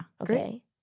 Okay